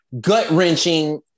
gut-wrenching